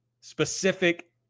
specific